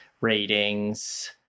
ratings